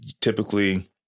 typically